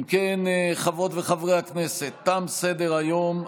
אם כן, חברות וחברי הכנסת, תם סדר-היום.